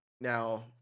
Now